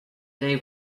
they